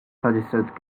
suggested